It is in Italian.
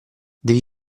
devi